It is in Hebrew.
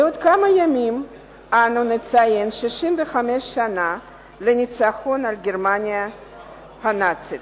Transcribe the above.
בעוד כמה ימים אנו נציין 65 שנה לניצחון על גרמניה הנאצית.